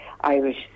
Irish